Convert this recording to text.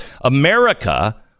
america